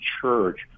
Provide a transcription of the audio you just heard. church